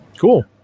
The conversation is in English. Cool